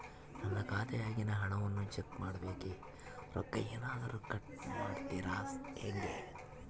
ನನ್ನ ಖಾತೆಯಾಗಿನ ಹಣವನ್ನು ಚೆಕ್ ಮಾಡೋಕೆ ರೊಕ್ಕ ಏನಾದರೂ ಕಟ್ ಮಾಡುತ್ತೇರಾ ಹೆಂಗೆ?